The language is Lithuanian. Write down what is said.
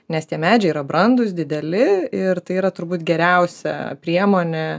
nes tie medžiai yra brandūs dideli ir tai yra turbūt geriausia priemonė